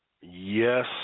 Yes